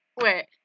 Wait